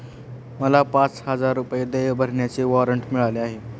मला पाच हजार रुपये देय भरण्याचे वॉरंट मिळाले आहे